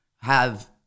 have-